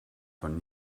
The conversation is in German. von